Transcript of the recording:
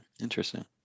Interesting